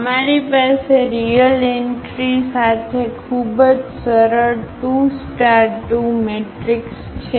અમારી પાસે real entries સાથે ખૂબ જ સરળ 2 2 મેટ્રિક્સ છે